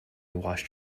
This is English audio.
washed